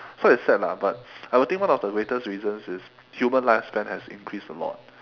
so it's sad lah but I would think one of the greatest reasons is human lifespan has increased a lot